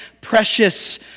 precious